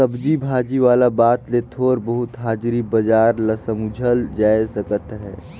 सब्जी भाजी वाला बात ले थोर बहुत हाजरी बजार ल समुझल जाए सकत अहे